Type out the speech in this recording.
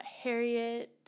Harriet